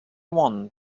one